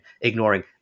ignoring